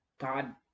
God